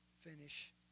finish